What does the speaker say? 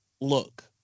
look